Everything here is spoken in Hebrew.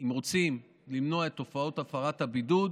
אם רוצים למנוע את תופעות הפרת הבידוד,